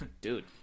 Dude